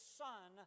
son